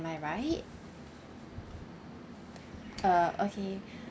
I right uh okay